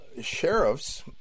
sheriffs